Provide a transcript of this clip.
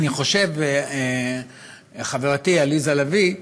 אני חושב, חברתי עליזה לביא,